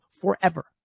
forever